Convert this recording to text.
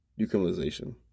decriminalization